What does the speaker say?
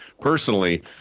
Personally